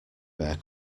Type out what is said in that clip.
bear